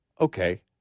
okay